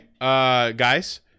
guys